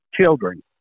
Children